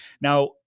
Now